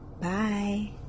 Bye